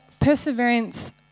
perseverance